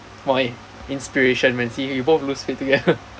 !wah! eh inspiration man see we both lose weight together